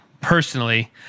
personally